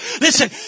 Listen